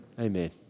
Amen